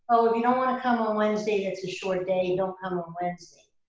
oh, if you don't want to come on wednesday, it's a short day, and don't come on wednesday.